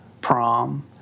prom